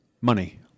money